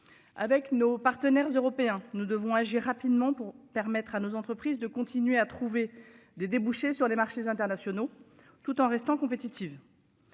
Avec nos partenaires européens. Nous devons agir rapidement pour permettre à nos entreprises de continuer à trouver des débouchés sur les marchés internationaux, tout en restant compétitives.